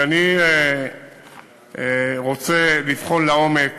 כי אני רוצה לבחון לעומק